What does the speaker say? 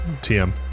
TM